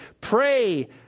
pray